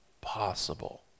possible